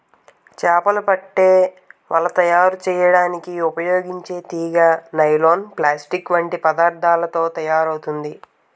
చేపలు పట్టే వల తయారు చేయడానికి ఉపయోగించే తీగ నైలాన్, ప్లాస్టిక్ వంటి పదార్థాలతో తయారవుతుంది